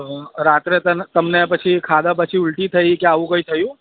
તો રાત્રે તમને પછી ખાધા પછી ઉલ્ટી થઇ કે આવું કંઈ થયું